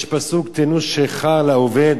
יש פסוק: "תנו שֵכר לאובד